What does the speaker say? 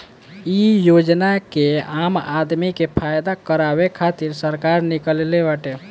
इ योजना के आम आदमी के फायदा करावे खातिर सरकार निकलले बाटे